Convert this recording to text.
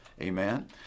Amen